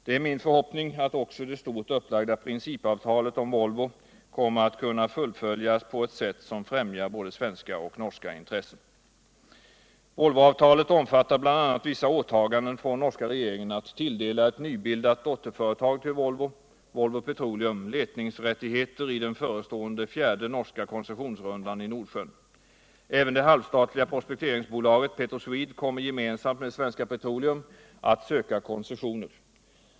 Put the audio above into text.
Det är min förhoppning att också det stort upplagda principavtalet om Volvo kommer att kunna fullföljas på ett sätt som främjar både svenska och norska intressen. Volvoavtalet omfattar bl.a. vissa åtaganden från norska regeringen att tilldela ett nybildat dotterföretag till Volvo. Volvo Petroleum, letningsrättigheter i den förestående fjärde norska koncessionsrundan i Nordsjön. Även det halvstatliga prospekteringsbolaget Petroswede kommer, gemensanit med Svenska Petroleum. att söka koncesstoner.